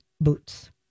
boots